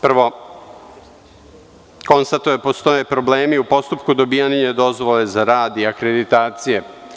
Prvo, konstatuje da postoje problemi u postupku dobijanja dozvole za rad i akreditacije.